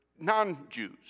non-Jews